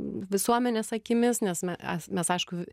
visuomenės akimis nes me es mes aišku